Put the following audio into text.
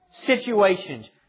Situations